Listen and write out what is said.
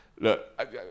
look